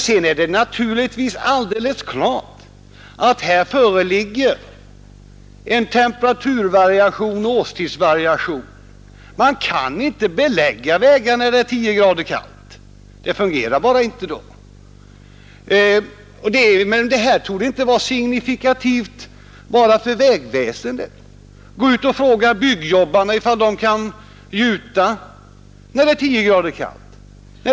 Sedan är det alldeles klart att här föreligger de temperaturvariationer som följer med årstiderna. Man kan inte belägga vägar då det är 10 grader kallt. Det går bara inte. Men detta torde inte vara signifikativt enbart för vägväsendet. Gå ut och fråga byggjobbarna om de kan gjuta, då det är 10 grader kallt!